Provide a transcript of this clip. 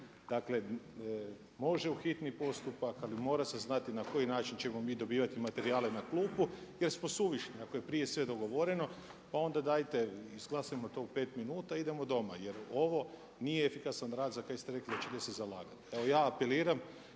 Dakle može u hitni postupak ali mora se znati na koji način ćemo mi dobivati materijale na klupu jer smo suvišni, ako je prije sve dogovoreno pa onda dajte, izglasajmo to u 5 minuta, idemo doma jer ovo nije efikasan rad za kaj ste rekli da ćete se zalagati. Evo ja apeliram